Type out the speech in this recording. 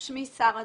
שמי שרה דורות,